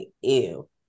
ew